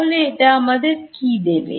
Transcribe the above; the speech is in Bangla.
তাহলে এটা আমাদের কি দেবে